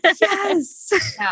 Yes